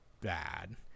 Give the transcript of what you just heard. bad